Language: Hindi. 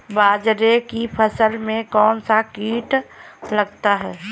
बाजरे की फसल में कौन सा कीट लगता है?